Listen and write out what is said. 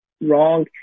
wrong